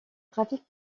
trafic